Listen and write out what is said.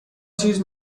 چیز